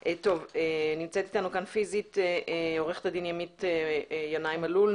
נמצאת אתנו כאן פיסית עוה"ד ימית ינאי מלול,